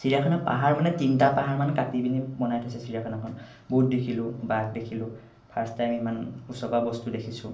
চিৰিয়াখানা পাহাৰ মানে তিনিটা পাহাৰমান কাটি পিনি বনাই থৈছে চিৰিয়াখানাখন বহুত দেখিলোঁ বাঘ দেখিলোঁ ফাৰ্ষ্ট টাইম ইমান ওচৰপৰা বস্তু দেখিছোঁ